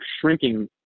shrinking